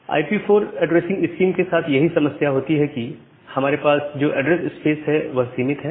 IPv4 addressing scheme के साथ यही समस्या होती है कि हमारे पास जो ऐड्रेस स्पेस है वह सीमित है